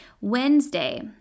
Wednesday